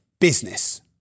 business